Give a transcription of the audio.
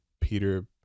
Peter